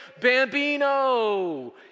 Bambino